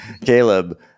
Caleb